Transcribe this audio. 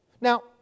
Now